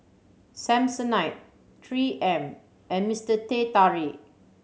Samsonite Three M and Mister Teh Tarik